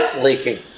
leaking